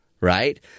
right